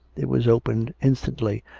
it was opened instantly,